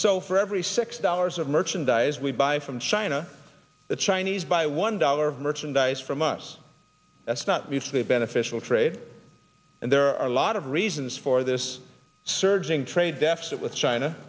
so for every six dollars of merchandise we buy from china the chinese buy one dollar of merchandise from us that's not me it's the beneficial trade and there are a lot of reasons for this surging trade deficit with china